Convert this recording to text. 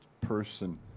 person